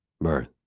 Mirth